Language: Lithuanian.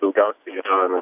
daugiausiai yra